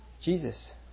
Jesus